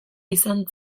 izan